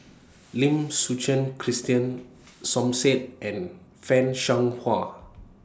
Lim Suchen Christine Som Said and fan Shao Hua